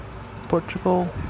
Portugal